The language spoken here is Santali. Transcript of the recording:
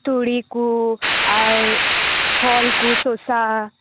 ᱛᱩᱲᱤ ᱠᱚ ᱟᱨ ᱯᱷᱚᱞ ᱠᱚ ᱥᱚᱥᱟ